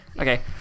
Okay